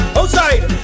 outside